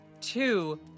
Two